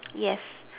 yes